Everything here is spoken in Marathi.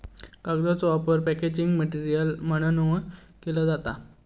कागदाचो वापर पॅकेजिंग मटेरियल म्हणूनव केलो जाता